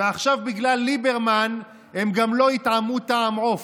ועכשיו בגלל ליברמן הם גם לא יטעמו טעם עוף,